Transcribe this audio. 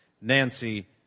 Nancy